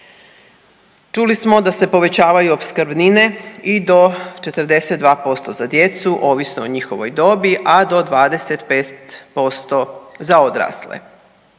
Čuli smo da se povećavaju opskrbnine i do 42% za djecu ovisno o njihovoj dobi, a do 25% za odrasle.